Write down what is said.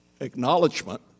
acknowledgement